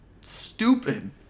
Stupid